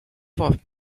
worth